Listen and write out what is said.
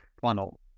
funnel